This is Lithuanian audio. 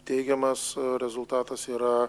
teigiamas rezultatas yra